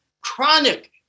chronic